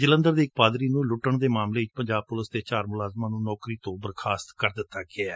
ਜਲੰਧਰ ਦੇ ਇਕ ਪਾਦਰੀ ਨੂੰ ਲੁੱਟਣ ਦੇ ਮਾਮਲੇ ਵਿਚ ਪੰਜਾਬ ਪੁਲਿਸ ਦੇ ਚਾਰ ਮੁਲਾਜ਼ਮ ਨੂੰ ਨੌਕਰੀ ਤੋਂ ਬਰਖਾਸਤ ਕਰ ਦਿੱਤਾ ਗਿਐ